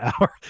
hour